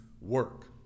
work